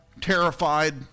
terrified